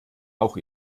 auch